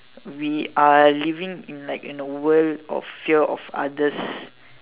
we are living like in a world of fear of others